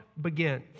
begins